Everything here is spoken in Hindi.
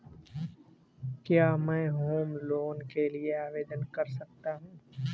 क्या मैं होम लोंन के लिए आवेदन कर सकता हूं?